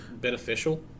beneficial